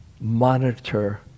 monitor